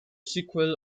sequel